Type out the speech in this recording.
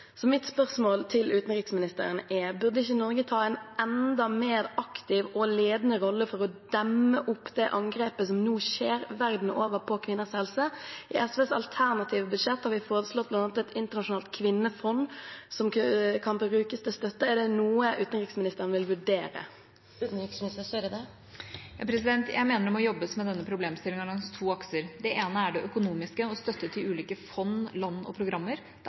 Mitt spørsmål til utenriksministeren er: Burde ikke Norge ta en enda mer aktiv og ledende rolle for å demme opp for det angrepet på kvinners helse som nå skjer verden over? I SVs alternative budsjett har vi nå foreslått et internasjonalt kvinnefond som kan brukes til støtte. Er det noe utenriksministeren vil vurdere? Jeg mener det må jobbes med denne problemstillingen langs to akser. Det ene er det økonomiske og støtte til ulike fond, land og programmer. Det